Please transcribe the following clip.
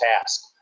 task